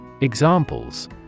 Examples